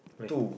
where